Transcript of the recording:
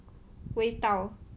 味道